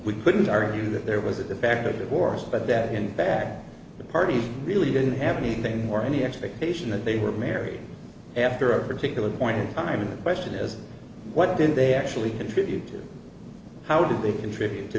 we couldn't argue that there was a de facto divorce but that in the back the parties really didn't have anything more any expectation that they were married after a particular point in time and the question is what did they actually contribute to how did they contribute to